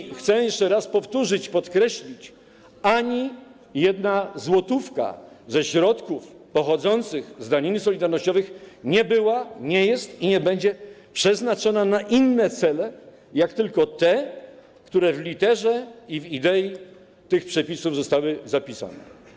I chcę jeszcze raz powtórzyć, podkreślić: ani jedna złotówka ze środków pochodzących z daniny solidarnościowej nie była, nie jest i nie będzie przeznaczona na inne cele, tylko na te, które w literze i w idei tych przepisów zostały zapisane.